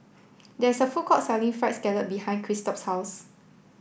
there is a food court selling fried scallop behind Christop's house